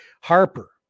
Harper